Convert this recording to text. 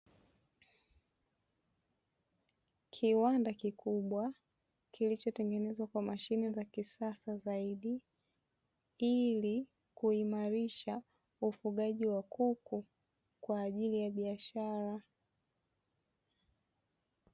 Kiwanda kikubwa kilichotengenezwa kwa mashine za kisasa zaidi, ili kuimarisha ufugaji wa kuku kwa ajili ya biashara.